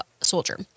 soldier